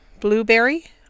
Blueberry